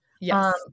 Yes